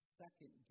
second